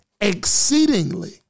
exceedingly